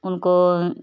उनको